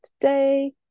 today